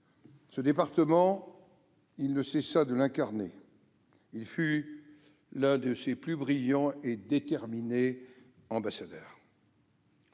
Ce département, il ne cessa de l'incarner. Il fut l'un de ses plus brillants et déterminés ambassadeurs.